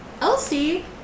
Elsie